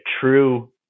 true